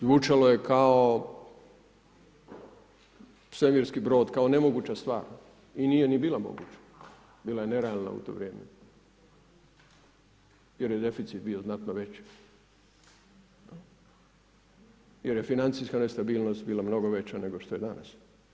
Zvučalo je kao svemirski brod, kao nemoguća stvar i nije ni bilo moguće, bila je nerealna u to vrijeme jer je deficit bio znatno veći, jer je financijska nestabilnost bila mnogo veća, nego što je danas.